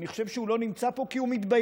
אני חושב שהוא לא נמצא פה כי הוא מתבייש